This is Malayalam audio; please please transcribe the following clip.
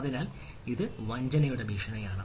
അതിനാൽ ഇത് വഞ്ചനയുടെ ഭീഷണിയാണ്